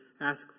ask